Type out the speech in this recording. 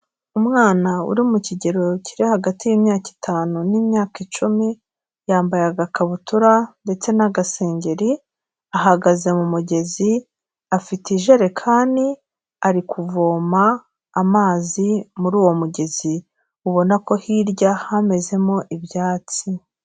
Umwana uri mu kigero kiri hagati y'imyaka itanu n'imyaka icumi, yambaye agakabutura ndetse n'agasengeri, ahagaze mu mugezi, afite ijerekani, ari kuvoma amazi muri uwo mugezi. Ubona ko hirya hamezemo ibyatsi.